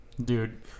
Dude